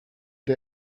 der